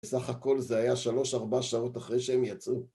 סך הכל זה היה 3-4 שעות אחרי שהם יצאו